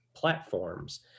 platforms